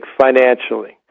financially